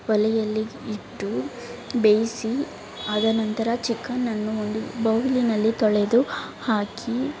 ಒಲೆಯಲ್ಲಿ ಇಟ್ಟು ಬೇಯಿಸಿ ಆದನಂತರ ಚಿಕನನ್ನು ಒಂದು ಬೌಲಿನಲ್ಲಿ ತೊಳೆದು ಹಾಕಿ